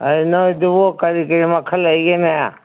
ꯍꯩ ꯅꯣꯏꯗꯨꯕꯨ ꯀꯔꯤ ꯀꯔꯤ ꯃꯈꯜ ꯂꯩꯒꯦꯅꯦ